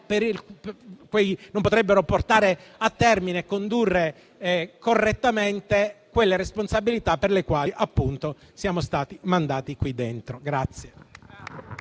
non potrebbero portare a termine e condurre correttamente le responsabilità per le quali sono stati mandati qui dentro.